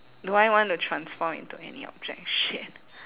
do I want to transform into any object shit